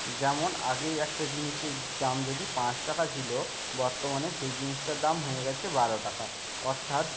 যেমন আগেই একটা জিনিসের দাম যদি পাঁচ টাকা ছিল বর্তমানে সেই জিনিসটার দাম হয়ে গেছে বারো টাকা অর্থাৎ